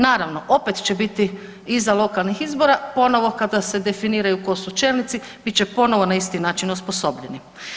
Naravno opet će biti iza lokalnih izbora ponovo kada se definira tko su čelnici bit će ponovo na isti način osposobljeni.